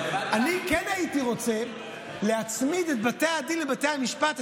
אני כן הייתי רוצה להצמיד את בתי הדין לבתי המשפט,